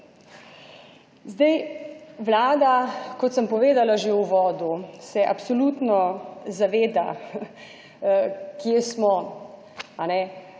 Vlada, kot sem povedala že v uvodu, se absolutno zaveda, kje smo,